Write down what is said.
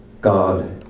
God